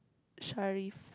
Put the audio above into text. Sharif